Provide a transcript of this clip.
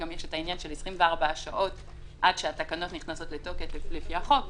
גם יש את העניין של 24 השעות עד שהתקנות נכנסות לתוקף לפי החוק,